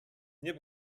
nie